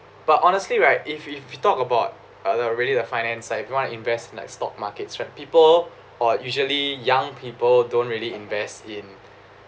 but honestly right if if we talk about alr~ already the finance side if you wanna invest in the stock markets right people uh usually young people don't really invest in